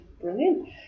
brilliant